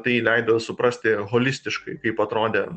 tai leido suprasti holistiškai kaip atrodė